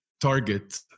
target